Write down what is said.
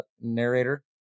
narrator